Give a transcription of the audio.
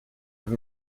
have